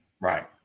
Right